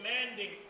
demanding